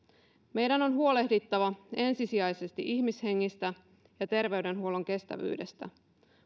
meidän on huolehdittava ensisijaisesti ihmishengistä ja terveydenhuollon kestävyydestä